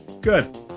Good